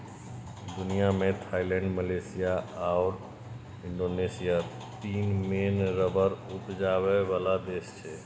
दुनियाँ मे Thailand, Malaysia आओर इंडोनेशिया तीन मेन रबर उपजाबै बला देश छै